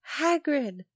Hagrid